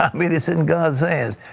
i mean it's in god's hands.